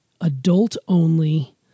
adult-only